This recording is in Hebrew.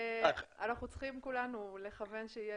ואנחנו כולנו צריכטים לכוון לכך שיהיה